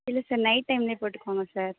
இல்லை sir night டைம்லேயே போட்டுக்கோங்க சார்